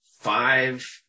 five